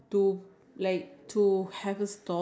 because you need workers